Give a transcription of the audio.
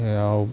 আৰু